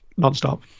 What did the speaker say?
nonstop